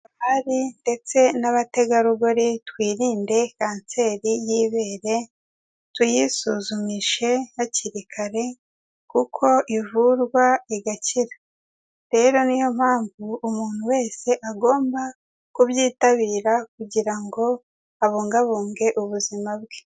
Abari ndetse n'abategarugori, twirinde kanseri y'ibere tuyisuzumishe hakiri kare, kuko ivurwa igakira. Rero niyo mpamvu umuntu wese agomba kubyitabira kugira ngo abungabunge ubuzima bwe.